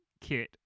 kit